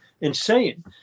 insane